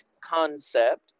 concept